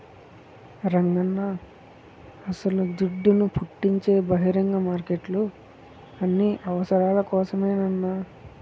రంగన్నా అస్సల దుడ్డును పుట్టించే బహిరంగ మార్కెట్లు అన్ని అవసరాల కోసరమేనన్నా